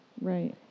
Right